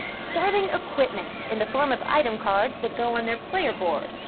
starting equipment, in the form of item cards, that go on their player board,